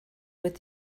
with